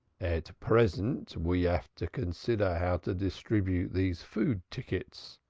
at present, we have to consider how to distribute these food-tickets.